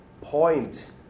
point